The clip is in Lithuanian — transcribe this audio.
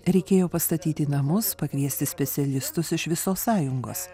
reikėjo pastatyti namus pakviesti specialistus iš visos sąjungos